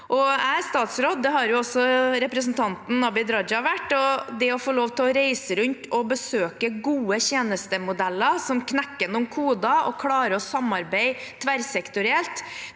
er statsråd – det har også representanten Abid Raja vært – og har fått lov til å reise rundt på besøk og sett gode tjenestemodeller som knekker noen koder og klarer å samarbeide tverrsektorielt.